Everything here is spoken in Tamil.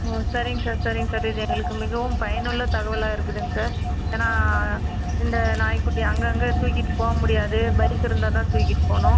ஓ சரிங்க சார் சரிங்க சார் இது எங்களுக்கு மிகவும் பயனுள்ள தகவலாக இருக்குதுங்க சார் ஏன்னால் இந்த நாய்க்குட்டி அங்கே அங்கே தூக்கிட்டு போக முடியாது பைக் இருந்தால் தான் தூக்கிட்டு போகணும்